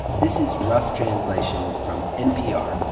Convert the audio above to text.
this is rough translation from npr.